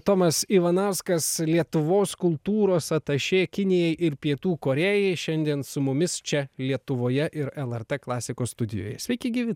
tomas ivanauskas lietuvos kultūros atašė kinijai ir pietų korėjai šiandien su mumis čia lietuvoje ir lrt klasikos studijoje sveiki gyvi